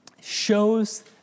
shows